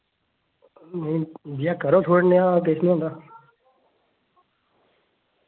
नेईं भैया करो थोह्ड़ा नेआ किश निं होंदा